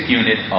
unit